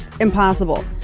impossible